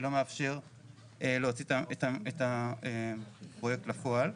שלא מאפשר להוציא את הפרויקט לפועל.